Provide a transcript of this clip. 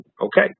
okay